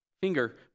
finger